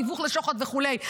תיווך לשוחד וכולי.